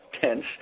tense